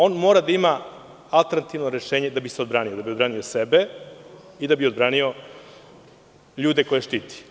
On mora da ima alternativno rešenje da bi odbranio sebe i da bi odbranio ljude koje štiti.